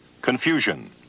Confusion